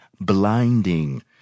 blinding